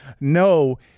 no